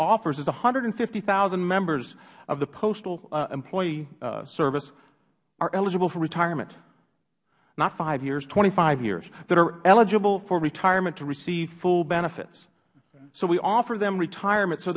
offers is one hundred and fifty thousand members of the postal employee service are eligible for retirement not five years twenty five years that are eligible for retirement to receive full benefits so we offer them retirement so